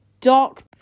doc